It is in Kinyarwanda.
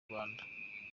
rwanda